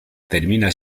termina